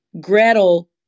Gretel